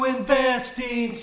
Investing